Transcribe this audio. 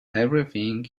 everything